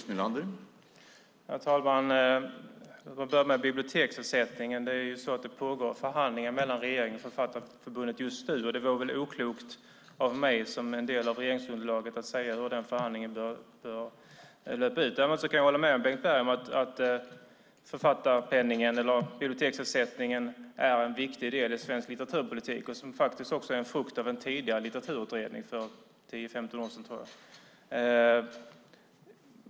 Herr talman! Jag börjar med biblioteksersättningen. Det är så att det pågår förhandlingar mellan regeringen och Författarförbundet just nu. Det vore väl oklokt av mig som en del av regeringsunderlaget att säga hur den förhandlingen bör löpa ut. Däremot kan jag hålla med Bengt Berg om att författarpenningen eller biblioteksersättningen är en viktig del i svensk litteraturpolitik och faktiskt också en frukt av en tidigare litteraturutredning för 10-15 år sedan, tror jag.